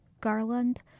Garland